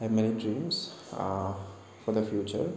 A many dreams for the future